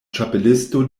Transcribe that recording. ĉapelisto